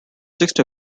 sixth